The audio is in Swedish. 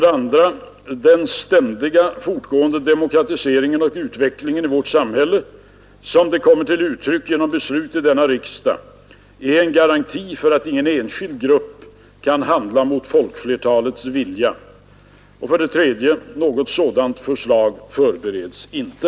2) Den ständiga, fortgående demokratiseringen och utvecklingen i vårt samhälle som det kommer till uttryck genom beslut i denna riksdag är en garanti för att ingen enskild grupp kan handla mot folkflertalets vilja. 3) Något sådant förslag förbereds inte.